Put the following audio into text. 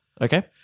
Okay